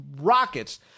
rockets